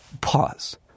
Pause